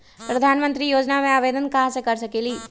प्रधानमंत्री योजना में आवेदन कहा से कर सकेली?